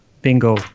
Bingo